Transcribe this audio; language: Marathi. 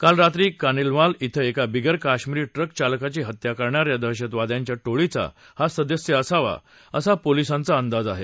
काल रात्री कानिलवान श्रे एका बिगर काश्मीरी ट्रक चालकाची हत्या करणाऱ्या दहशतवाद्यांच्या टोळीचा हा सदस्य असावा असा पोलिसांचा अंदाज आहे